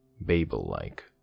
Babel-like